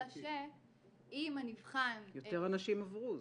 אלא שאם הנבחן -- יותר אנשים עברו,